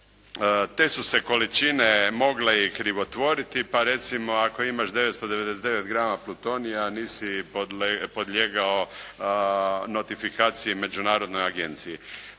te su se količine mogle i krivotvoriti, pa recimo ako imaš 999 grama plutonija nisi podlijegao notifikaciji Međunarodnoj agenciji.